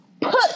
put